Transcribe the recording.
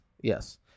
yes